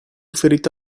ferito